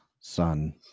son